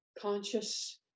conscious